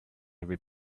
every